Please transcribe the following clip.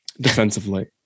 defensively